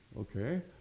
Okay